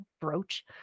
brooch